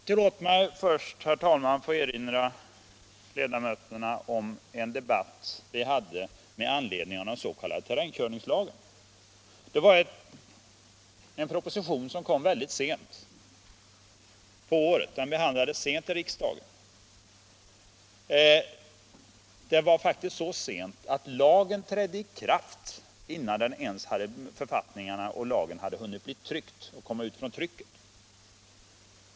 Tillåt mig i det sammanhanget, herr talman, få erinra ledamöterna om en debatt vi hade med anledning av den s.k. terrängkörningslagen. En proposition i frågan kom mycket sent på året, och den behandlades också sent av riksdagen. Det var faktiskt så sent att lagen trädde i kraft innan författningarna och lagen hade hunnit komma ut från trycket.